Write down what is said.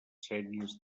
sèries